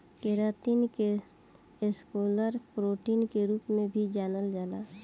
keratin के scleral protein के रूप में भी जानल जाला